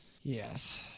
yes